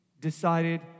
decided